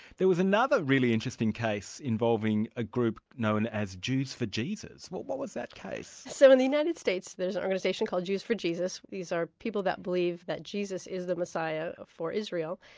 there was another really interesting case involving a group known as jews for jesus. what what was that case? so in the united states there's an organisation called jews for jesus. these are people that believe that jesus is the messiah for israel.